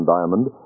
Diamond